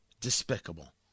despicable